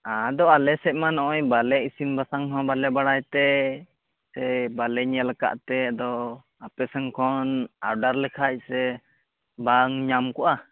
ᱟᱫᱚ ᱟᱞᱮᱥᱮᱫ ᱢᱟ ᱱᱚᱜᱼᱚᱭ ᱵᱟᱞᱮ ᱤᱥᱤᱱᱼᱵᱟᱥᱟᱝᱦᱚᱸ ᱵᱟᱞᱮ ᱵᱟᱲᱟᱭᱛᱮ ᱥᱮ ᱵᱟᱞᱮ ᱧᱮᱞ ᱟᱠᱟᱫᱛᱮ ᱟᱫᱚ ᱟᱯᱮᱥᱮᱱ ᱠᱷᱚᱱ ᱚᱰᱟᱨ ᱞᱮᱠᱷᱟᱱ ᱥᱮ ᱵᱟᱝ ᱧᱟᱢᱠᱚᱜᱼᱟ